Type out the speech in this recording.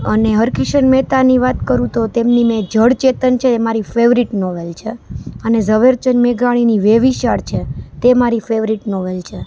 અને હરીકિશન મેહતાની વાત કરું તો તેમની મેં જડ ચેતન નોવેલ છે એ મારી ફેવરિટ નોવેલ છે અને ઝવેરચંદ મેઘાણીની વેવિશાળ છે તે મારી ફેવરિટ નોવેલ છે